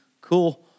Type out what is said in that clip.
cool